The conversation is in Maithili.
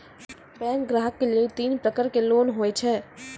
बैंक ग्राहक के लेली तीन प्रकर के लोन हुए छै?